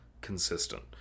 consistent